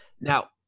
Now